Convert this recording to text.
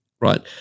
Right